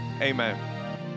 amen